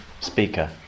speaker